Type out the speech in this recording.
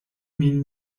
min